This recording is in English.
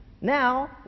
Now